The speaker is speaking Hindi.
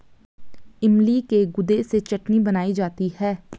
इमली के गुदे से चटनी बनाई जाती है